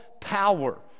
power